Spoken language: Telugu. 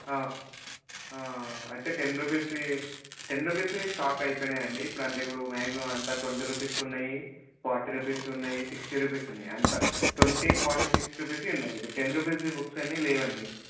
అయితే టెన్ రుపీస్వి టెన్ రుపీస్వి స్టాక్ అయిపోయినాయండి ఇప్పుడంటే ఇప్పుడు మ్యాగ్జిమమ్ అంతా ట్వంటీ రుపీస్ ఉన్నాయి ఫార్టీ రుపీస్ ఉన్నాయి సిక్స్టీ రుపీస్ ఉన్నాయి అంతా ట్వంటీ ఫార్టీ సిక్స్టీ రుపీస్ ఉన్నాయి టెన్ రుపీస్వి బుక్సన్నీ లేవండి ఇప్పుడు